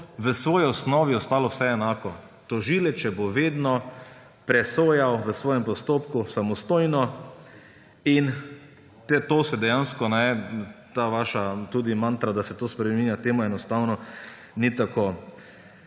v svoji osnovi ostalo vse enako. Tožilec bo še vedno presojal v svojem postopku samostojno. Dejansko ta vaša mantra, da se to spreminja – to enostavno ni tako.